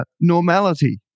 normality